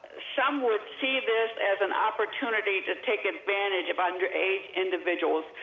some would see this as an opportunity to take advantage of underage individuals.